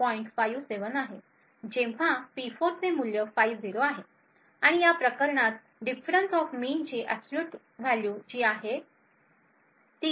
57 आहे जेव्हा P4 चे मूल्य 50 आहे आणि या प्रकरणात difference of mean ची absolute value जी आहे 6